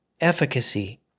efficacy